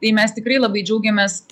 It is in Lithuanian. tai mes tikrai labai džiaugiamės